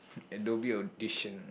at doggy audition